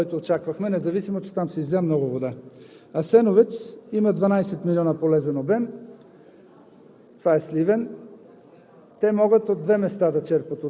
„Ясна поляна“, казах Ви, не се напълни с този обем, който очаквахме, независимо че там се изля много вода. „Асеновец“ има 12 милиона полезен обем,